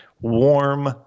warm